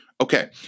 okay